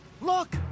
Look